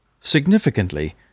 Significantly